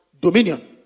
Dominion